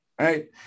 right